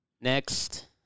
next